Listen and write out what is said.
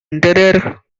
interior